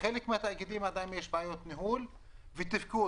בחלק מהתאגידים יש עדיין בעיות ניהול ותפקוד,